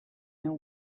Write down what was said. and